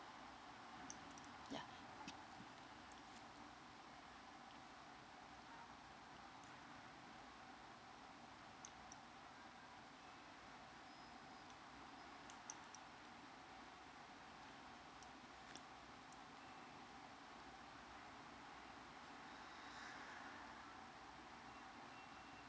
ya